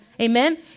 Amen